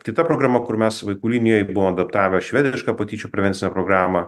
tai ta programa kur mes vaikų linijoj buvom adaptavę švedišką patyčių prevencinę programą